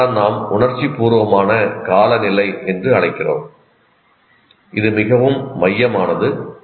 இதைத்தான் நாம் உணர்ச்சிபூர்வமான காலநிலை என்று அழைக்கிறோம் இது மிகவும் மையமானது